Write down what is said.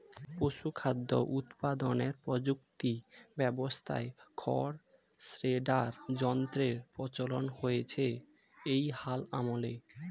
পশুখাদ্য উৎপাদনের প্রযুক্তি ব্যবস্থায় খড় শ্রেডার যন্ত্রের প্রচলন হয়েছে এই হাল আমলে